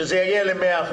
שזה יהיה ל-100%,